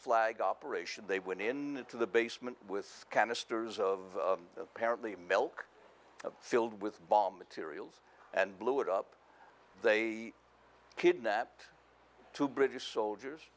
flag operation they went in to the basement with canisters of apparently a milk filled with bomb materials and blew it up they kidnapped two british soldiers